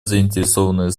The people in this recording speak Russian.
заинтересованные